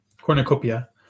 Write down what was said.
cornucopia